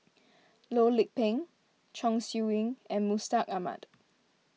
Loh Lik Peng Chong Siew Ying and Mustaq Ahmad